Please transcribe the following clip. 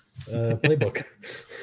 playbook